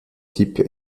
types